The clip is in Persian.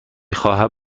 خواهم